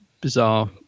bizarre